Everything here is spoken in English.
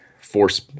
force